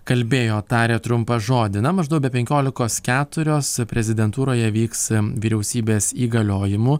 kalbėjo tarė trumpą žodį na maždaug be penkiolikos keturios prezidentūroje vyks vyriausybės įgaliojimų